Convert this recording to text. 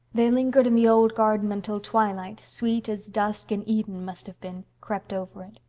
they lingered in the old garden until twilight, sweet as dusk in eden must have been, crept over it.